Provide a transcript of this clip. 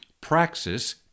praxis